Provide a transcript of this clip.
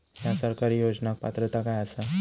हया सरकारी योजनाक पात्रता काय आसा?